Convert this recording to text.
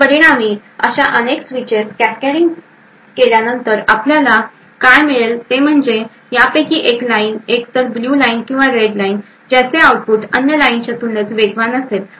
तर परिणामी अशा अनेक स्विचेस कॅसकेडिंग नंतर आपल्याला काय मिळेल ते म्हणजे यापैकी एक लाईन एक तर ब्ल्यू लाईन किंवा रेड लाईन ज्याचे आउटपुट अन्य लाईनच्या तुलनेत वेगवान असेल